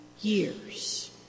years